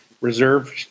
reserve